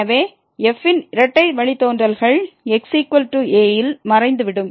எனவே f இன் இரட்டை வழித்தோன்றல்கள் xa ல் மறைந்து விடும்